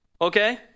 Okay